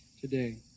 today